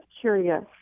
curious